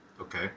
Okay